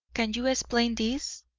can you explain this,